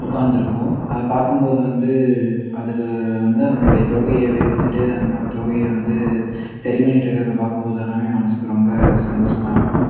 உட்காந்துருக்கும் அதை பார்க்கும் போது வந்து அதுக்கு வந்து அதனுடைய தோகையை விரித்துவிட்டு அதனோடய தோகையை வந்து சரி பண்ணிகிட்டு இருக்கிறத பார்க்கும் போதெல்லாம் மனதுக்கு ரொம்ப சந்தோசமாக இருக்கும்